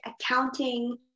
accounting